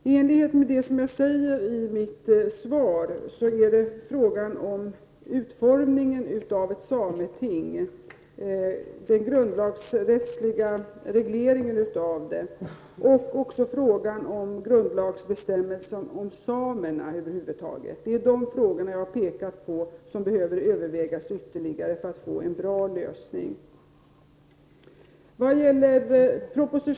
I enlighet med det jag säger i mitt svar gäller det utformningen av ett sameting, den grundlagsrättsliga regleringen av det och också frågan om grundlagsbestämmelsen om samerna över huvud taget. Det är de frågor jag har pekat på som behöver övervägas ytterligare för att få en bra lösning.